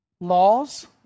Laws